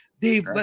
Dave